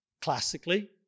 Classically